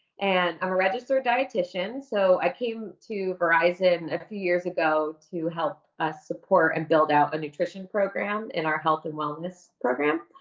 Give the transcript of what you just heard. and i'm a registered dietitian, so i came to verizon a few years ago to help us support and build out a nutrition program in our health and wellness program,